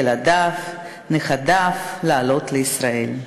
ילדיו ונכדיו לעלות לישראל.